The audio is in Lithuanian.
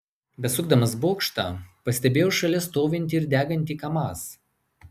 besukdamas bokštą pastebėjau šalia stovintį ir degantį kamaz